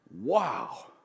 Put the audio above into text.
Wow